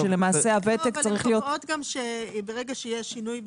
אבל הן קובעות שברגע שיש שינוי בוותק,